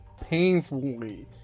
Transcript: Painfully